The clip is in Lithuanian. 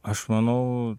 aš manau